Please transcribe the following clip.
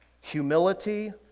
Humility